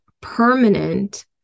permanent